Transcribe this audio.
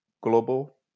global